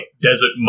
desert